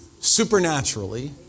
supernaturally